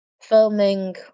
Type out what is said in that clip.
filming